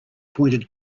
pointed